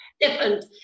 different